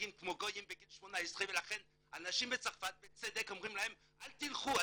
שמתנהגים כמו גויים בגיל 18 ולכן אנשים בצרפת בצדק אומרים להם "אל תלכו,